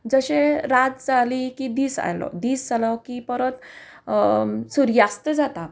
जशें रात जाली की दीस आयलो दीस जालो की परत सुर्यास्त जाता